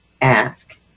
ask